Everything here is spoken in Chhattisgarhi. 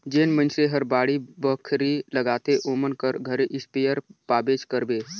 जेन मइनसे हर बाड़ी बखरी लगाथे ओमन कर घरे इस्पेयर पाबेच करबे